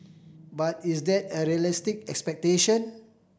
but is that a realistic expectation